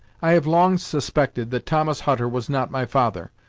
i have long suspected that thomas hutter was not my father,